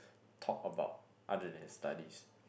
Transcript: talk about other then studies